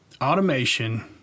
automation